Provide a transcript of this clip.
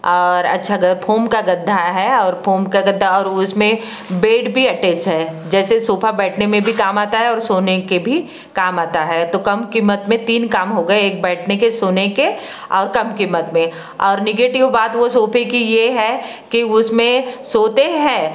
और अच्छा फोम का गद्दा है और फ़ोम गद्दा और उस में बेड भी अटैच है जैसे सोफ़ा बैठने में भी काम आता है और सोने के भी काम आता है तो कम कीमत में तीन काम हो गए एक बैठने के सोने के और कम कीमत में और नेगेटिव बात वो सोफ़े की ये है की उसमें सोते हैं